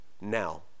now